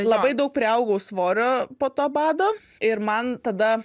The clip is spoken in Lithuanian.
labai daug priaugau svorio po to bado ir man tada